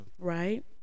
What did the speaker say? right